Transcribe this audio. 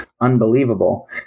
unbelievable